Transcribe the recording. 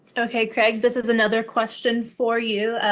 okay, craig. this is another question for you.